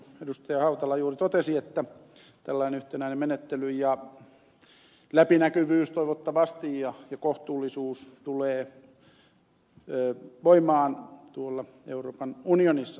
hautala juuri totesi että tällainen yhtenäinen menettely ja läpinäkyvyys toivottavasti ja kohtuullisuus tulevat voimaan euroopan unionissa